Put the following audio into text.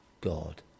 God